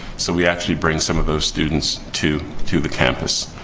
so, we actually bring some of those students to to the campus.